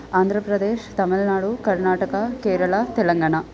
आन्ध्रप्रदेशः तमिल्नाडु कर्णाटकं केरळा तेलङ्गणा